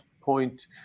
point